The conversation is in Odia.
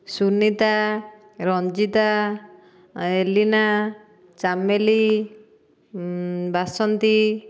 ସୁନିତା ରଞ୍ଜିତା ଏଲିନା ଚାମେଲୀ ବାସନ୍ତୀ